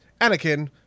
Anakin